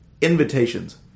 invitations